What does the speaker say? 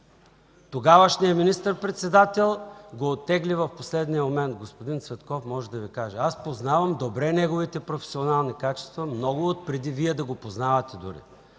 Тогавашният министър-председател го оттегли в последния момент. Господин Цветков може да Ви каже. Аз познавам добре неговите професионални качества, много преди Вие да го познавате дори.